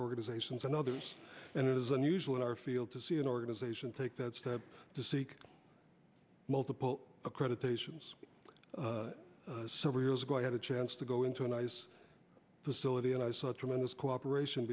organizations and others and it is unusual in our field to see an organization take that step to seek multiple accreditation so several years ago i had a chance to go into a nice facility and i saw tremendous cooperation